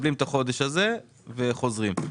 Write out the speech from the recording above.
מקבלים את החודש הזה וחוזרים לארצם.